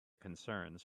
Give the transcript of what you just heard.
concerns